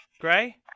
Gray